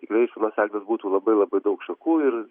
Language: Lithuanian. tikrai iš vienos eglės būtų labai labai daug šakų ir